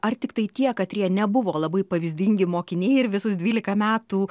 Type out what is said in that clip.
ar tiktai tie katrie nebuvo labai pavyzdingi mokiniai ir visus dvylika metų